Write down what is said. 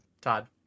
Todd